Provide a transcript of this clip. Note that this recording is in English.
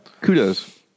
Kudos